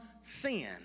sin